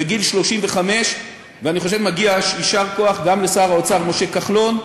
בגיל 35. אני חושב שמגיע יישר כוח גם לשר האוצר משה כחלון,